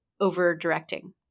over-directing